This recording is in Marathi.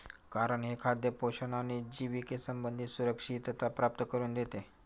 कारण हे खाद्य पोषण आणि जिविके संबंधी सुरक्षितता प्राप्त करून देते